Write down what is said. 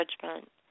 judgment